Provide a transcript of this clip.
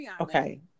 Okay